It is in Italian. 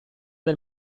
del